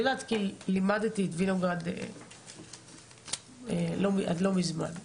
אני יודעת, כי לימדתי את וינוגרד עד לא מזמן.